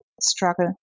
struggle